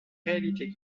réalité